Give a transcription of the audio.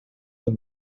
than